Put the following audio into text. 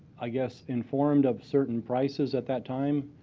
i guess, informed of certain prices at that time.